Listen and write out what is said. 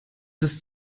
ist